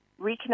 reconnect